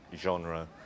genre